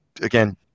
again